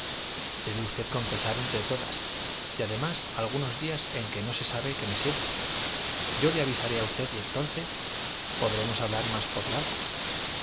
debe usted confesar entre todas y además algunos días en que no se sabe que me siento yo le avisaré a usted y entonces podremos hablar más por largo